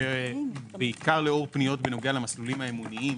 בעיקר לאור פניות בנוגע למסלולים האמוניים,